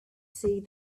see